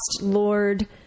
lord